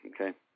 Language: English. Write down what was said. okay